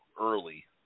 early